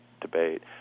debate